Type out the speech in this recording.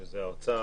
שזה האוצר,